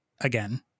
again